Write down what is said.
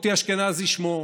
מוטי אשכנזי שמו,